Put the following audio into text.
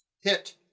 hit